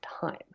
time